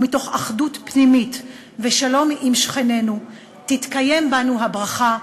ומתוך אחדות פנימית ושלום עם שכנינו תתקיים בנו הברכה,